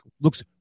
looks